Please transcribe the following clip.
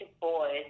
boys